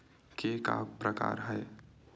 के का का प्रकार हे?